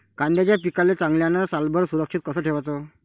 कांद्याच्या पिकाले चांगल्यानं सालभर सुरक्षित कस ठेवाचं?